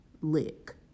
lick